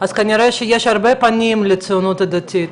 אז כנראה שיש הרבה פנים לציונות הדתית.